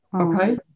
Okay